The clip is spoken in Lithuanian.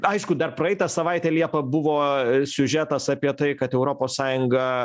aišku dar praeitą savaitę liepa buvo siužetas apie tai kad europos sąjunga